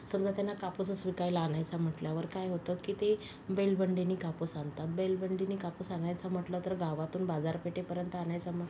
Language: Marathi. समजा त्यांना कापूसच विकायला आणायचा म्हटल्यावर काय होतं की ते बैल बंडीनी कापूस आणतात बैल बंडीने कापूस आणायचा म्हटलं तर गावातून बाजारपेठेपर्यंत आणायचा मग